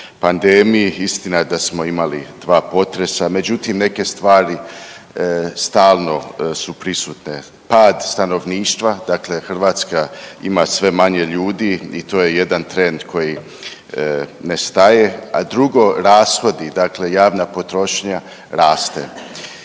pandemiji, istina da smo imali dva potresa, međutim neke stvari stalno su prisutne, pad stanovništva, dakle Hrvatska ima sve manje ljudi i to je jedan trend koji ne staje a drugo rashodi, dakle javna potrošnja raste.